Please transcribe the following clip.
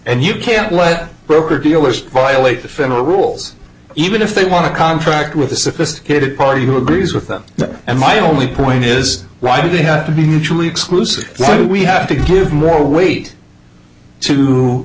and you can't let broker dealers violate the federal rules even if they want a contract with a sophisticated party who agrees with them and my only point is why do they have to be mutually exclusive we have to give more weight to